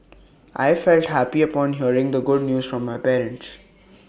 I felt happy upon hearing the good news from my parents